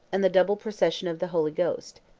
and the double procession of the holy ghost.